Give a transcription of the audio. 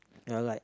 ya like